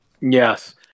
Yes